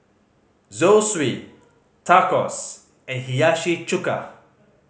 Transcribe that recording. Zosui Tacos and Hiyashi Chuka